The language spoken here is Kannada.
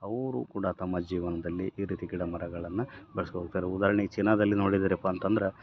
ಅವರು ಕೂಡ ತಮ್ಮ ಜೀವನದಲ್ಲಿ ಈ ರೀತಿ ಗಿಡ ಮರಗಳನ್ನು ಬೆಳೆಸ್ಕೊ ಹೋಗ್ತಾರೆ ಉದಾರ್ಣೆಗೆ ಚೀನಾದಲ್ಲಿ ನೋಡಿದಿರಪ್ಪ ಅಂತಂದ್ರೆ